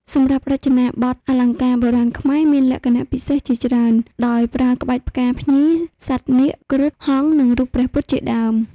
សម្រាប់រចនាបទអលង្ការបុរាណខ្មែរមានលក្ខណៈពិសេសជាច្រើន ដោយប្រើក្បាច់ផ្កាភ្ញី សត្វនាគ គ្រុឌ ហង្ស និងរូបព្រះពុទ្ធជាដើម។